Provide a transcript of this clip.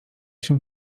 się